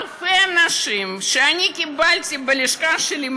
אלפי אנשים שאני קיבלתי בלשכה שלי,